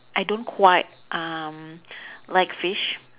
I don't quite um like fish